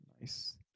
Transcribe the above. Nice